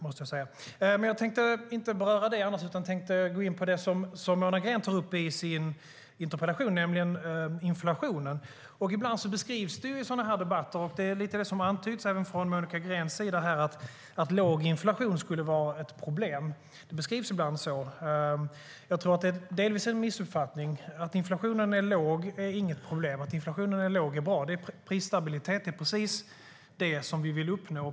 Låt mig gå in på det som Monica Green tog upp i sin interpellation, nämligen inflationen. Ibland beskrivs det i debatterna, och det antyds också av Monica Green, att låg inflation skulle vara ett problem. Det är delvis en missuppfattning. Att inflationen är låg är inget problem, utan det är bra. Prisstabilitet är precis det vi vill uppnå.